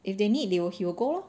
if they need they will he will go lor